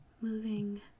Moving